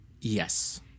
Yes